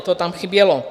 To tam chybělo.